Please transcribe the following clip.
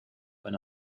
eine